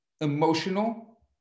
emotional